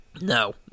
No